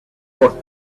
for